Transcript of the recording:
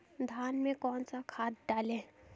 धान में कौन सा खाद डालें?